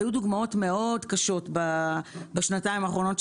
היו דוגמאות מאוד קשות בשנתיים האחרונות,